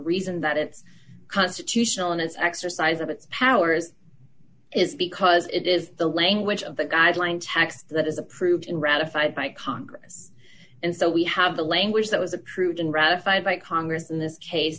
reason that it's constitutional in its exercise of its powers is because it is the language of the guideline text that is approved in ratified by congress and so we have the language that was approved and ratified by congress in th